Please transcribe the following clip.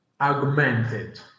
augmented